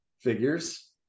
figures